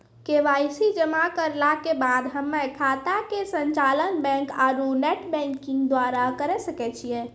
KYC जमा करला के बाद हम्मय खाता के संचालन बैक आरू नेटबैंकिंग द्वारा करे सकय छियै?